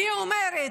אני אומרת: